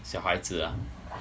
小孩子 ah